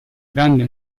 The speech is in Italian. grande